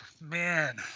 man